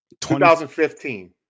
2015